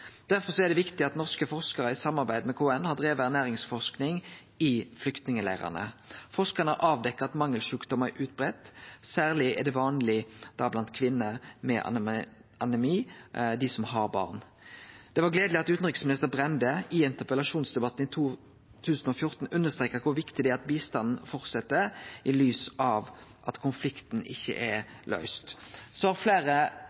er det viktig at norske forskarar i samarbeid med Kirkens Nødhjelp har drive ernæringsforsking i flyktningleirane. Forskarane har avdekt at mangelsjukdommar er utbreidde. Særleg er anemi vanleg blant kvinner som har barn. Det var gledeleg at tidlegare utanriksminister Brende i interpellasjonsdebatten i 2014 understreka kor viktig det er at bistanden fortset i lys av at konflikten ikkje er løyst. Så har fleire